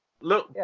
look